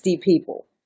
people